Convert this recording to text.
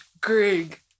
Greg